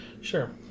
sure